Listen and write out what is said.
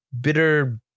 bitter